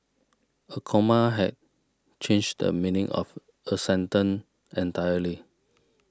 a comma had change the meaning of a sentence entirely